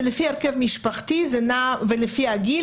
זה לפי הרכב משפטי ולפי הגיל.